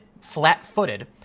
flat-footed